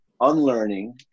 unlearning